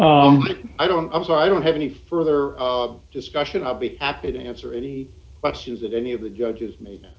i don't i'm sorry i don't have any further discussion i'll be happy to answer any questions that any of the judges ma